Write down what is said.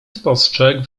spostrzegł